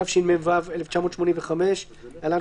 התשמ"ו 1985‏ (להלן,